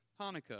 Hanukkah